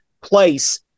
place